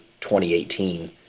2018